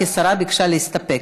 כי השרה ביקשה להסתפק.